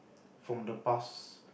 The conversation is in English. from the past